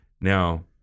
Now